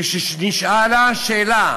כשנשאלה השאלה